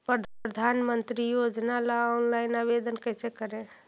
प्रधानमंत्री योजना ला ऑनलाइन आवेदन कैसे करे?